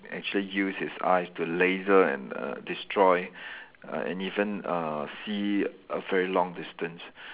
actually use his eyes to laser and err destroy err and even uh see a very long distance